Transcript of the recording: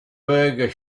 burger